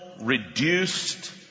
reduced